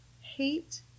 hate